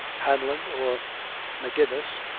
hanlon, or magennis,